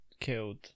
killed